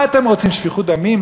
מה אתם רוצים, שפיכות דמים?